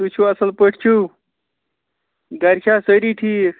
تُہۍ چھُو اصٕل پٲٹھۍ چھُو گَرِ چھا سٲری ٹھیٖک